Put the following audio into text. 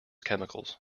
chemicals